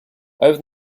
over